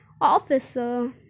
Officer